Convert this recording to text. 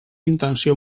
intenció